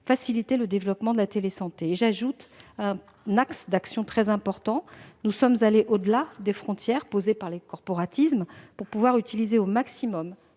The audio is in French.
faciliter le développement de la télésanté. J'évoquerai enfin un autre axe d'action très important : nous sommes allés au-delà des frontières posées par les corporatismes pour pouvoir utiliser au maximum